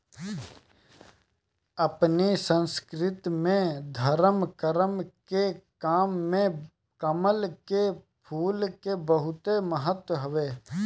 अपनी संस्कृति में धरम करम के काम में कमल के फूल के बहुते महत्व हवे